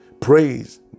praise